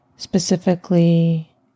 Specifically